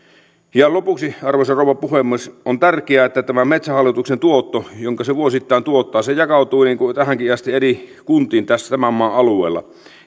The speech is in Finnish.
lopuksi arvoisa rouva puhemies on tärkeää että tämä metsähallituksen tuotto jonka se vuosittain tuottaa jakautuu niin kuin tähänkin asti eri kuntiin tämän maan alueella